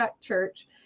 Church